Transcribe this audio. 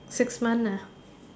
six months nah